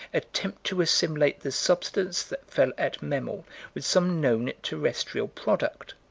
attempt to assimilate the substance that fell at memel with some known terrestrial product.